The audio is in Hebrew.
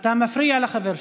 אתה מפריע לחבר שלך.